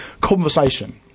conversation